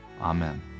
Amen